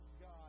God